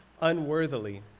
unworthily